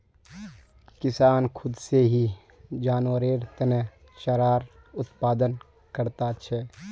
किसान खुद से ही जानवरेर तने चारार उत्पादन करता छे